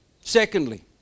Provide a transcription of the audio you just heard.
Secondly